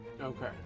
Okay